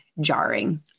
jarring